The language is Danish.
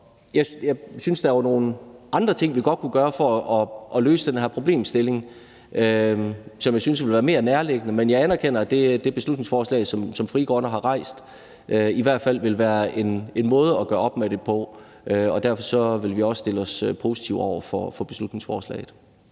Jeg synes, at der er nogle andre ting, vi godt kunne gøre for at løse den her problemstilling, som ville være mere nærliggende, men jeg anerkender, at det beslutningsforslag, som Frie Grønne har fremsat, i hvert fald vil være en måde at gøre op med det på. Og derfor vil vi også stille os positivt over for beslutningsforslaget.